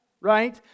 right